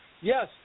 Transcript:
Yes